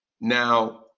Now